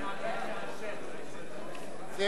טוב,